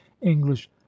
english